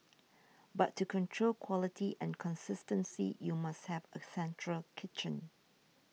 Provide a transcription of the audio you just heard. but to control quality and consistency you must have a central kitchen